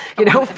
you know,